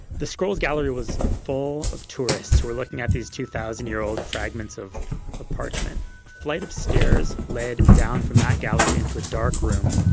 the scrolls gallery was full of tourists who were looking at these two thousand year old fragments of of parchment. a flight of stairs led down from that gallery into a dark room.